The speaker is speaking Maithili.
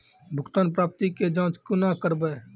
भुगतान प्राप्ति के जाँच कूना करवै?